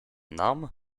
nam